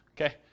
Okay